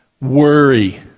Worry